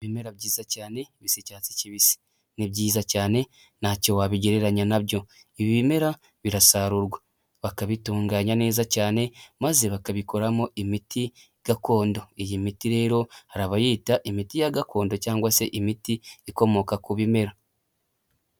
Ibimera byiza cyane bisa icyatsi kibisi ni byiza cyane ntacyo wabigereranya na byo, ibi bimera birasarurwa bakabitunganya neza cyane maze bakabikoramo imiti gakondo, iyi miti rero hari abayita imiti ya gakondo cyangwa se imiti ikomoka ku bimera.